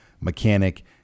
mechanic